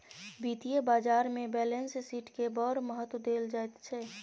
वित्तीय बाजारमे बैलेंस शीटकेँ बड़ महत्व देल जाइत छै